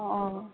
অঁ